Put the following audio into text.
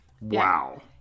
wow